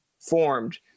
formed